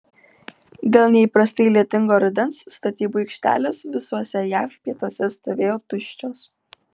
dėl neįprastai lietingo rudens statybų aikštelės visuose jav pietuose stovėjo tuščios